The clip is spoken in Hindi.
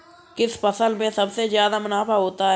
किस फसल में सबसे जादा मुनाफा होता है?